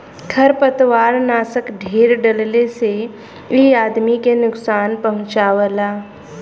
खरपतवारनाशक ढेर डलले से इ आदमी के नुकसान पहुँचावला